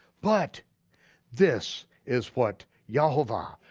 but this is what yehovah,